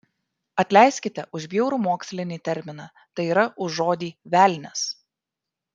atleiskite už bjaurų mokslinį terminą tai yra už žodį velnias